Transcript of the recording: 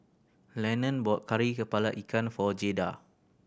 Lennon bought Kari Kepala Ikan for Jaeda